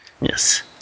yes